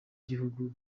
ry’igihugu